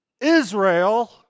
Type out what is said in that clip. israel